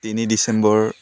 তিনি ডিচেম্বৰ